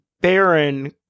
Baron